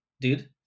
dude